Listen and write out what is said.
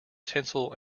tinsel